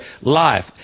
life